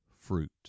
fruit